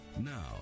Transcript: now